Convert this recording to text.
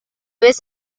vez